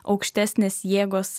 aukštesnės jėgos